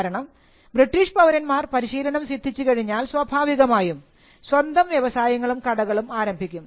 കാരണം ബ്രിട്ടീഷ് പൌരന്മാർ പരിശീലനം സിദ്ധിച്ചു കഴിഞ്ഞാൽ സ്വഭാവികമായും സ്വന്തം വ്യവസായങ്ങളും കടകളും ആരംഭിക്കും